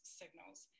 signals